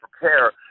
prepare